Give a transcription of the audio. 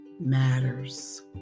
matters